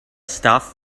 stuff